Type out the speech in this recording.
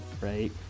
right